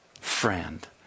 Friend